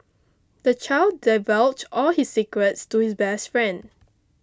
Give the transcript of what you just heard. the child divulged all his secrets to his best friend